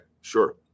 Sure